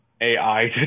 ai